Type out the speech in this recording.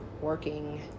working